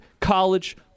college